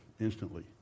instantly